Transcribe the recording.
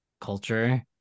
culture